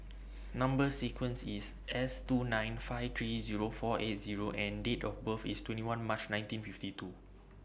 Number sequence IS S two nine five three Zero four eight Zero and Date of birth IS twenty one March nineteen fifty two